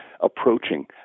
approaching